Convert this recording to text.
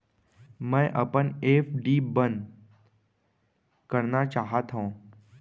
मै अपन एफ.डी बंद करना चाहात हव